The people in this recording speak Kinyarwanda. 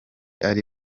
ari